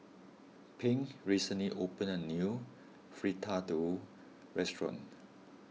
Pink recently opened a new Fritada restaurant